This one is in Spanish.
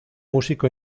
músico